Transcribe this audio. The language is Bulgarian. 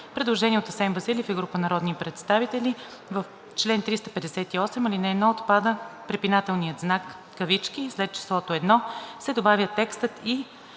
Предложение от Асен Василев и група народни представители: „В чл. 358, ал. 1 отпада препинателният знак „.“ и след числото „1“ се добавя текстът и